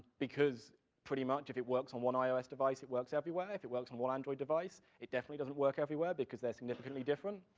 because pretty much if it works on one ios device, it works everywhere, if it works on one android device, it definitely doesn't work everywhere because they're significantly different.